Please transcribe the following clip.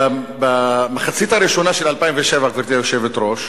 במחצית הראשונה של 2007, גברתי היושבת-ראש,